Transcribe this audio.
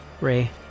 Ray